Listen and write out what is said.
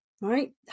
right